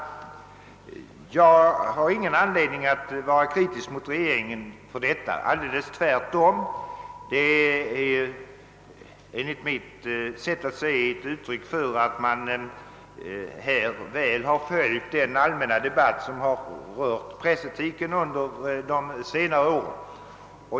Jag vill inte kritisera regeringen för detta, tvärtom. Enligt mitt sätt att se är detta ett utryck för att man väl har följt den allmänna debatt om pressetik som har förts under senare år.